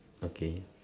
okay